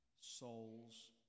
souls